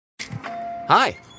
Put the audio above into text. Hi